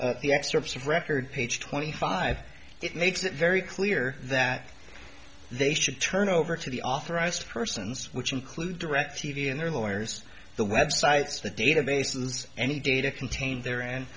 is the excerpts of record page twenty five it makes it very clear that they should turn over to the authorized persons which include direct t v and their lawyers the websites the database and any data contained there and